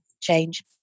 change